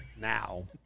now